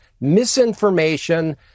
misinformation